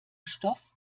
stoff